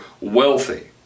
wealthy